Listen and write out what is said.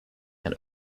and